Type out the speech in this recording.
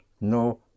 no